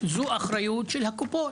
אחריות של הקופות,